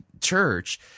church